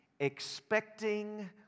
expecting